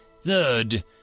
Third